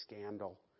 scandal